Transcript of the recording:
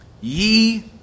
ye